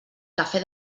café